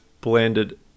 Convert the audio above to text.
blended